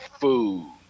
food